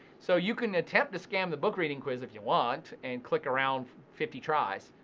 so, you can attempt to scam the book reading quiz if you want and click around fifty tries.